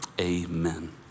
amen